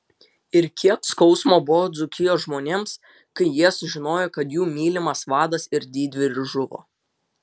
ir kiek skausmo buvo dzūkijos žmonėms kai jie sužinojo kad jų mylimas vadas ir didvyris žuvo